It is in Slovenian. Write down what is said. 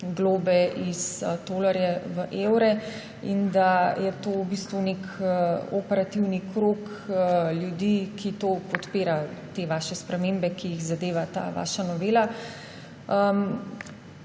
iz tolarjev v evre in da je v bistvu nek operativni krog ljudi, ki podpira te vaše spremembe, ki jih zadeva ta vaša novela.